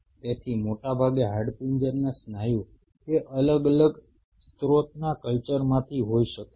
તેથી મોટાભાગે હાડપિંજરના સ્નાયુ 2 અલગ અલગ સ્રોતના કલ્ચરમાથી હોઈ શકે છે